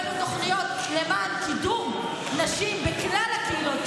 הבאנו תוכניות למען קידום נשים בכלל הקהילות,